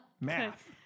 Math